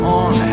on